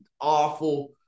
awful